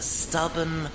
stubborn